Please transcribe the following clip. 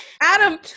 Adam